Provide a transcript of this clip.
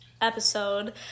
episode